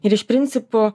ir iš principo